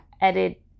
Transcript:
edit